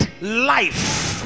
life